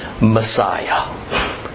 Messiah